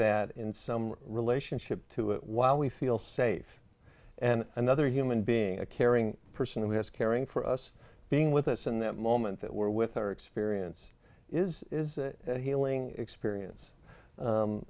that in some relationship to it while we feel safe and another human being a caring person who has caring for us being with us in that moment that we're with our experience is is a healing experience